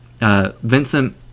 Vincent